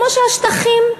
כמו שהשטחים,